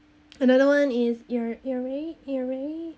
another one is you're you're very you're very